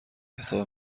حساب